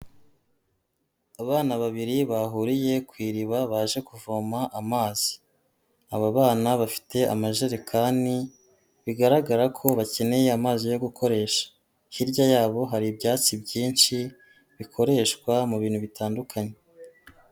Abana babiri bahuriye ku iriba baje kuvoma amazi, aba bana bafite amajerekani bigaragara ko bakeneye amazi yo gukoresha, hirya yabo hari ibyatsi byinshi bikoreshwa mu bintu bitandukanye.